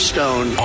Stone